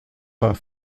pas